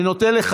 אני נותן לך